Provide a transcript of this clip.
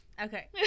Okay